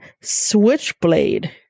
switchblade